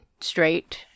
straight